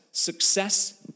Success